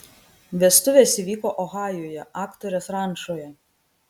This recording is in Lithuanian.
vestuvės įvyko ohajuje aktorės rančoje